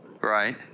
right